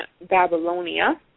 Babylonia